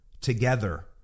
together